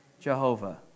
Jehovah